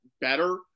better